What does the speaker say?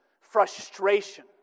frustration